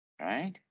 right